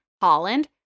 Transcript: holland